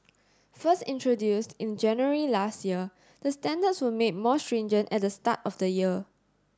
first introduced in January last year the standards were made more stringent at the start of the year